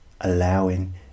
allowing